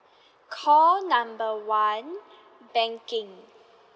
call number one banking